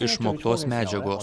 išmoktos medžiagos